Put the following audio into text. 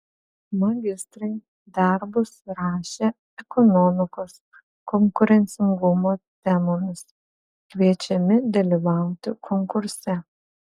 magistrai darbus rašę ekonomikos konkurencingumo temomis kviečiami dalyvauti konkurse